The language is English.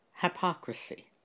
hypocrisy